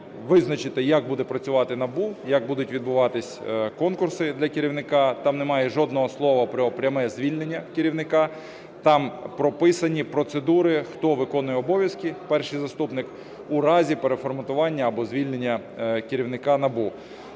визначити, як буде працювати НАБУ, як будуть відбуватися конкурси для керівника. Там немає жодного слова про пряме звільнення керівника. Там прописані процедури, хто виконує обов'язки (перший заступник) у разі переформатування або звільнення керівника НАБУ.